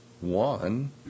one